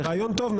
רעיון טוב.